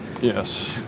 Yes